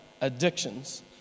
addictions